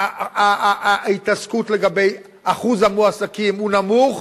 ההתעסקות לגבי אחוז המועסקים, הוא נמוך,